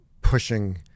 pushing